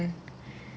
mm